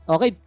Okay